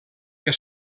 que